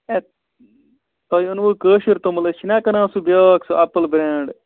ہے تۄہہِ اوٚنوٕ کٲشُر توٚمُل أسۍ چھِنہ کٕنان بیاکھ سُہ ایٚپٕل برینٛڈ